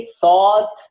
thought